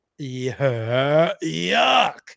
yuck